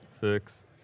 six